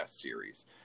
series